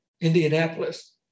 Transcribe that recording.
Indianapolis